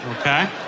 Okay